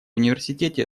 университете